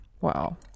Wow